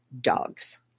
dogs